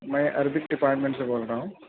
میں Arabic department سے بول رہا ہوں